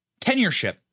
tenureship